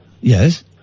Yes